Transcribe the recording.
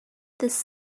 this